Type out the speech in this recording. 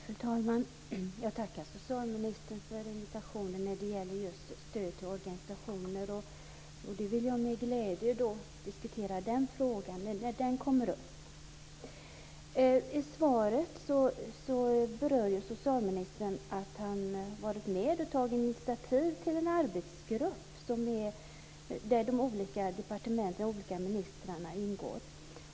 Fru talman! Jag tackar socialministern för invitationen när det gäller stöd till organisationer. Jag vill med glädje diskutera den frågan när den kommer upp. I svaret berör socialministern att han har varit med och tagit initiativ till en arbetsgrupp där de olika departementen och de olika ministrarna ingår.